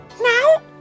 Now